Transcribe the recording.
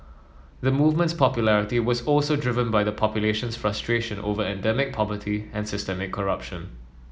the movement's popularity was also driven by the population's frustrations over endemic poverty and systemic corruption